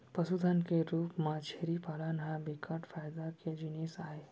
पसुधन के रूप म छेरी पालन ह बिकट फायदा के जिनिस आय